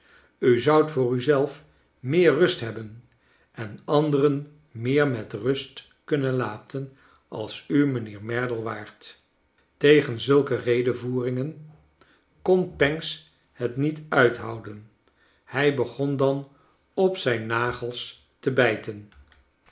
u zoudt voor u zelf meer rust hebben en anderen meer met rust kunnen laten als u mijnheer merdle waart tegen zulke redevoeringen kon pancks het niet uithouden hij begon dan op zijn nagels te